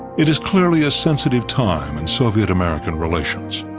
it is clearly a sensitive time in soviet-american relations.